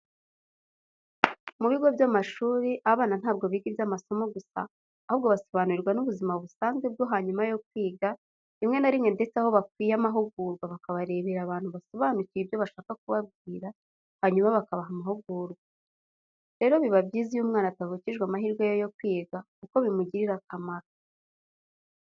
Mu bigo by'amashuri abana ntabwo biga iby'amasomo gusa ahubwo basobanurirwa n'ubuzima busanzwe bwo hanyuma yo kwiga rimwe na rimwe ndetse aho bakwiye amahugurwa bakabarebera abantu basobanukiwe ibyo bashaka kubabwira hanyuma bakabaha amahugurwa. Rero biba byiza iyo umwana atavukijwe amahirwe ye yo kwiga kuko bimugirira akamaro.